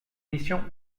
missions